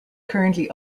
currently